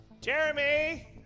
Jeremy